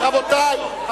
רבותי, רק רגע.